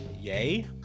yay